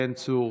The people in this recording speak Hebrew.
בן צור.